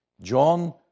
John